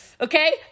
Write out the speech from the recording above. Okay